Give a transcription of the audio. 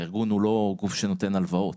הארגון הוא לא גוף שנותן הלוואות.